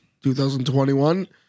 2021